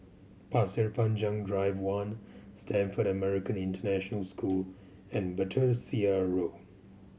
Pasir Panjang Drive One Stamford American International School and Battersea Road